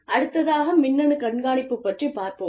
அடுத்ததாக மின்னணு கண்காணிப்பு பற்றிப் பார்ப்போம்